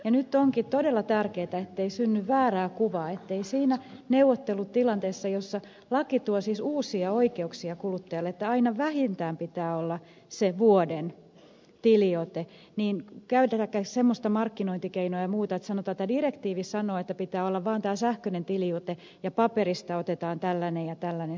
nyt onkin todella tärkeätä ettei synny väärää kuvaa että siinä neuvottelutilanteessa jossa laki tuo siis uusia oikeuksia kuluttajalle aina pitää olla vähintään se vuoden tiliote siis ettei käytetä semmoista markkinointikeinoa ja muuta että sanotaan että direktiivi sanoo että pitää olla vaan tämä sähköinen tiliote ja paperista otetaan tällainen ja tällainen summa